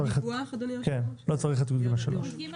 (יג3)